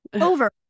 over